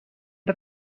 the